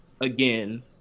again